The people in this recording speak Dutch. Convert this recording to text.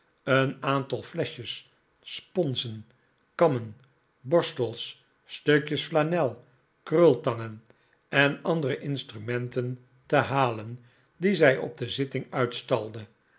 een aantal fleschjes sponsen kammen borstels stukjes flanel krultangen en andere instrumenten te halen die zij op de zitting